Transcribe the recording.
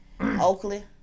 Oakley